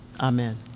Amen